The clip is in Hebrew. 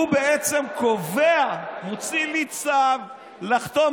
הוא בעצם קובע, מוציא לי צו לחתום.